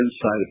insight